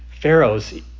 Pharaoh's